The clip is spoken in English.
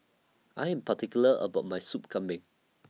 I Am particular about My Sup Kambing